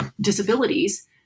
disabilities